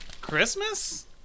Christmas